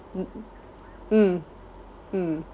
mm mm